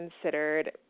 considered